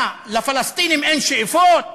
מה, לפלסטינים אין שאיפות?